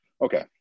Okay